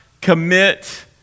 commit